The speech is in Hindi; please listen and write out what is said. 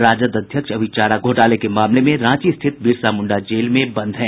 राजद अध्यक्ष अभी चारा घोटाले के मामले में रांची स्थित बिरसा मुंडा जेल में बंद हैं